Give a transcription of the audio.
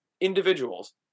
individuals